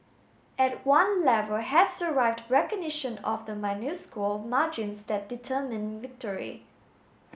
at one level has arrived recognition of the minuscule margins that determine victory